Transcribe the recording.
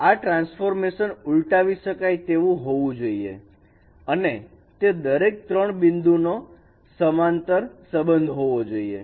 આ ટ્રાન્સફોર્મેશન ઉલટાવી શકાય તેવું હોવું જોઇએ અને તે દરેક ત્રણ બિંદુનો આંતરસબંધ હોવો જોઈએ